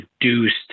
reduced